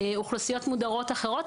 אוכלוסיות מודרות אחרות.